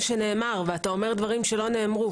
אתה אומר דברים שלא נאמרו.